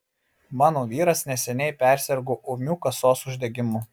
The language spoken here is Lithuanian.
mano vyras neseniai persirgo ūmiu kasos uždegimu